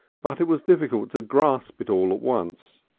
but it was difficult to grasp it all at once.